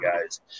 guys